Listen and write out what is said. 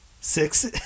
Six